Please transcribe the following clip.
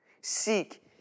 Seek